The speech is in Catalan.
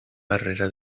barrera